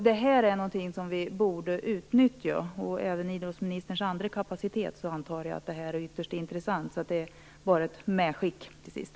Det är någonting som vi borde utnyttja. Jag antar att detta är ytterst intressant även i idrottsministerns andra roll. Det är bara ett medskick till sist.